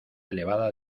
elevada